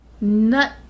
nut